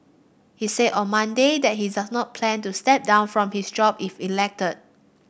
he said on Monday that he does not plan to step down from his job if elected